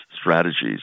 strategies